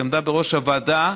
שעמדה בראש הוועדה,